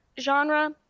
genre